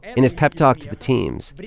in his pep talk to the teams, but